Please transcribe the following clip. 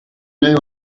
know